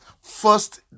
First